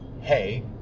Hey